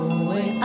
away